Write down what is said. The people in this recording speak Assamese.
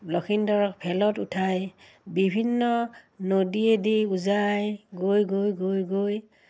লখিন্দৰক ভেলত উঠাই বিভিন্ন নদীয়ে দি উজাই গৈ গৈ গৈ গৈ